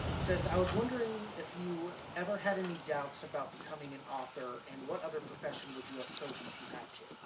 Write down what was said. says, i was wondering if you ever had any doubts about becoming an author, and what other profession would you have chosen if you had to?